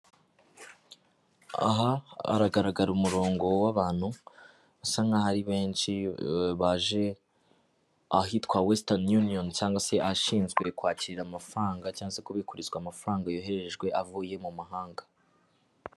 Aha haragaragara umurongo w'abantu basank'aho ari benshi, baje ahitwa wesitani yuniyoni cyangwa se ahashinzwe kwakira amafaranga cyangwa se kubikuzwa amafaranga yoherejwe avuye mu mahanga.